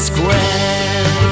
Square